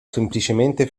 semplicemente